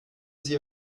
sie